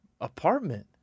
apartment